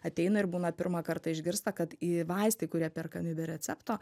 ateina ir būna pirmą kartą išgirsta kad į vaistai kurie perkami be recepto